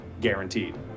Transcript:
guaranteed